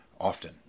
Often